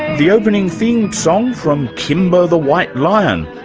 the opening theme song from kimba the white lion,